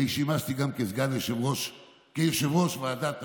אני שימשתי גם כסגן יושב-ראש ועדת המשנה,